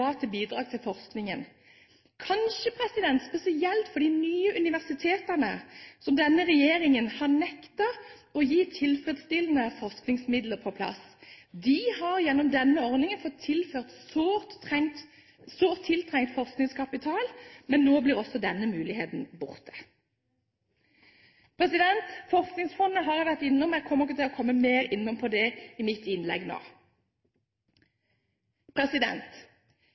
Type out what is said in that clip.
bidrag til forskningen, kanskje spesielt for de nye universitetene som denne regjeringen har nektet å få på plass tilfredsstillende forskningsmidler til. De har gjennom denne ordningen fått tilført sårt tiltrengt forskningskapital, men nå blir også denne muligheten borte. Forskningsfondet har jeg vært innom, og jeg kommer ikke til å komme mer inn på det i mitt innlegg